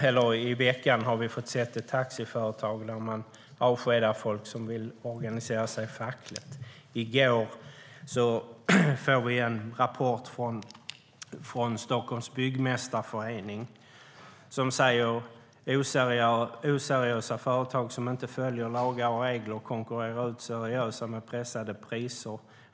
Senast nu i veckan har vi sett att ett taxiföretag avskedar folk som vill organisera sig fackligt. I går fick vi en rapport från Stockholms Byggmästareförening som säger: "Oseriösa företag som inte följer lagar och regler konkurrerar ut seriösa företagare med pressade priser.